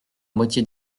moitié